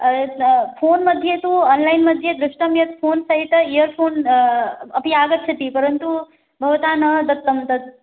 phone मध्ये तु online मध्ये दृष्टं यत् फ़ोन् सहित इयरफ़ोन् अपि आगच्छति परन्तु भवता न दत्तं तत्